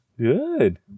Good